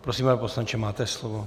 Prosím, pane poslanče, máte slovo.